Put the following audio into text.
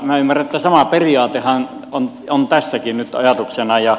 ymmärrän että sama periaatehan on tässäkin nyt ajatuksena